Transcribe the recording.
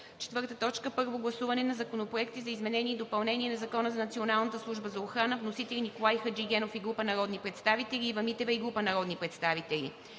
съвет. 4. Първо гласуване на законопроекти за изменение и допълнение на Закона за Националната служба за охрана. Вносители – Николай Хаджигенов и група народни представители; Ива Митева и група народни представители.